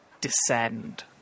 descend